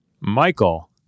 Michael